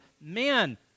man